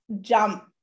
jump